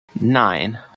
Nine